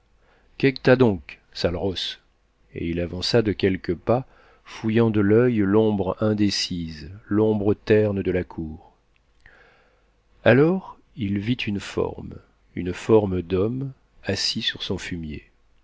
qué qu't'as donc sale rosse et il avança de quelques pas fouillant de l'oeil l'ombre indécise l'ombre terne de la cour alors il vit une forme une forme d'homme assis sur son fumier